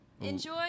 enjoy